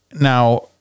now